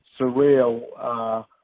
surreal